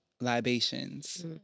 libations